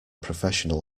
professional